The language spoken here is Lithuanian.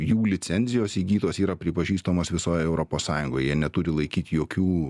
jų licenzijos įgytos yra pripažįstamos visoj europos sąjungoj jie neturi laikyt jokių